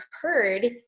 heard